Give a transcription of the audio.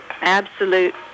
absolute